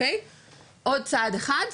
עוד צעד אחד.